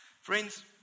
Friends